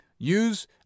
use